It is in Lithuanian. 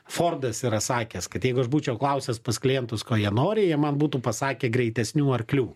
fordas yra sakęs kad jeigu aš būčiau klausęs pas klientus ko jie nori jie man būtų pasakę greitesnių arklių